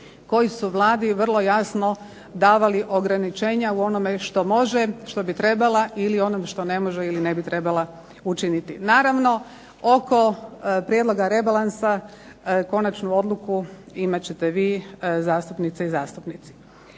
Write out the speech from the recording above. koji su Vladi vrlo jasno davali ograničenja u onome što može, što bi trebala ili u onome što ne može ili ne bi trebala učiniti. Naravno, oko prijedloga rebalansa konačnu odluku imat ćete vi, zastupnice i zastupnici.